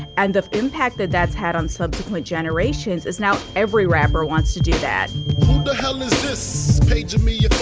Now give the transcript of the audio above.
and the impact that that's had on subsequent generations is now every rapper wants to do that but um is this page to me.